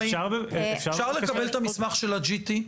אפשר לקבל את המסמך של ה-GT?